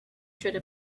through